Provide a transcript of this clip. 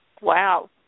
Wow